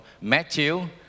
Matthew